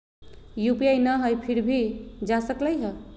UPI न हई फिर भी जा सकलई ह?